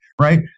right